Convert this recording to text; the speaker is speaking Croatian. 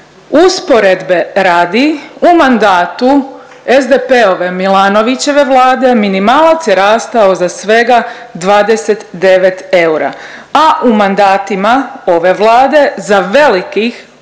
Usporedbe radi u mandatu SDP-ove Milanovićeve vlade minimalac je rastao za svega 29 eura, a u mandatima ove Vlade za velikih 556